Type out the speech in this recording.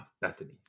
Bethany